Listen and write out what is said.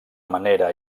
manera